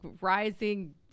rising